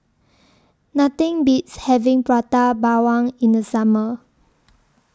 Nothing Beats having Prata Bawang in The Summer